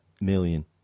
million